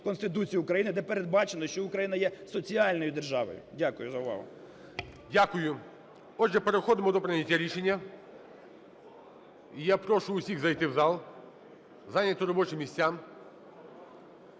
Конституції України, де передбачено, що Україна є соціальною державою. Дякую за увагу. ГОЛОВУЮЧИЙ. Дякую. Отже, переходимо до прийняття рішення. І я прошу усіх зайти в зал, зайняти робочі місця.